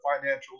financial